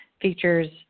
features